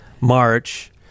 march